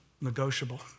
negotiable